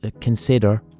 consider